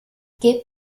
gib